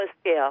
scale